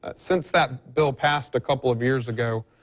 ah since that bill passed a couple of years ago,